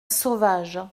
sauvage